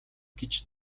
гэж